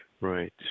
Right